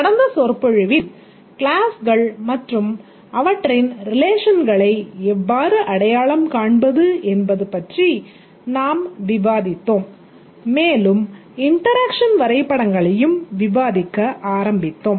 கடந்த சொற்பொழிவில் கிளாஸ்கள் மற்றும் அவற்றின் ரிலேஷன்களை எவ்வாறு அடையாளம் காண்பது என்பது பற்றி நாம் விவாதித்தோம் மேலும் இன்டெராக்ஷன் வரைபடங்களையும் விவாதிக்க ஆரம்பித்தோம்